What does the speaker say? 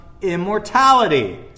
immortality